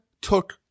took